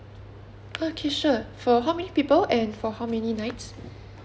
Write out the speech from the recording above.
okay sure for how many people and for how many nights